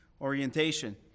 orientation